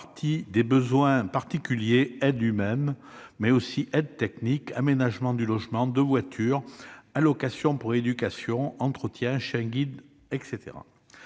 de besoins particuliers : aide humaine, aides techniques, aménagement de logements et de voitures, allocation pour l'éducation, entretien, chiens guides, etc.